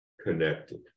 connected